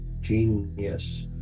genius